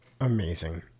Amazing